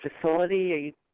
facility